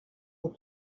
were